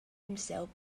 himself